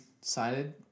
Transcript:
sided